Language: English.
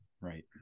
right